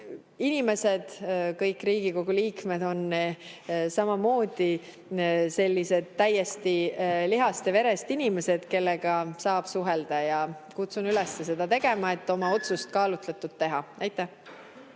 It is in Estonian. inimesed, kõik Riigikogu liikmed on samamoodi sellised täiesti lihast ja verest inimesed, kellega saab suhelda. Kutsun üles seda tegema, et oma otsust kaalutletult teha. Aitäh!